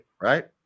right